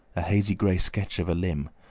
a hazy grey sketch of a limb,